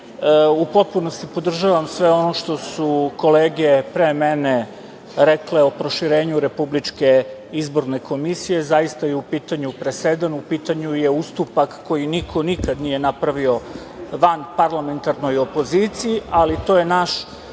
u potpunosti podržavam sve ono što su kolege pre mene rekle o proširenju RIK-a. Zaista je u pitanju presedan. U pitanju je ustupak koji niko nikada nije napravio vanparlamentarnoj opoziciji, ali to je naša